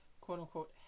quote-unquote